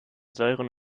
säuren